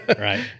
Right